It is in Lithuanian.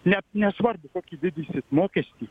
net nesvarbu kokį didysit mokestį